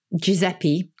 Giuseppe